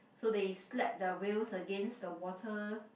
so they slap their whales against the water